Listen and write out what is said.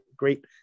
great